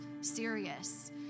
serious